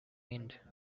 end